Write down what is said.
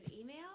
email